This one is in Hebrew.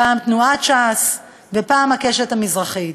פעם תנועת ש"ס ופעם "הקשת המזרחית".